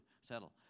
settle